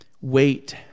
wait